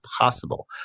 possible